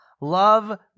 Love